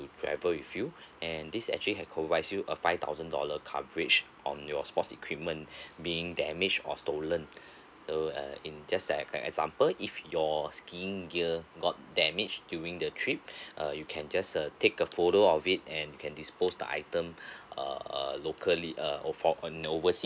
travel with you and this actually have provides you a five thousand dollar coverage on your sports equipment being damage or stolen so uh in just like a example if your skiing gear got damage during the trip uh you can just uh take a photo of it and you can dispose the item uh uh locally uh or for on overseas